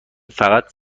فقط